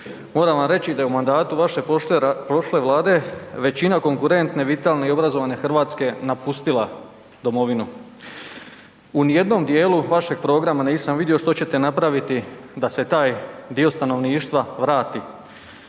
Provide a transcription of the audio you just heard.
Moram vam reći da je u mandatu vaše prošle Vlade, većina konkretne, vitalne i obrazovane Hrvatske, napustila domovinu. U nijednom djelu vašeg programa nisam vidio što ćete napraviti da se taj dio stanovništva vrati